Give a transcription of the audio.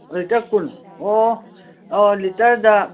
litre ꯀꯨꯟ ꯑꯣ ꯂꯤꯇꯔꯗ